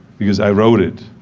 because i wrote it.